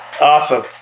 Awesome